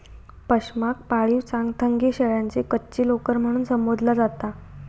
पशमाक पाळीव चांगथंगी शेळ्यांची कच्ची लोकर म्हणून संबोधला जाता